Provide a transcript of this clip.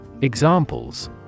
Examples